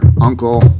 uncle